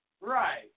Right